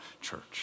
Church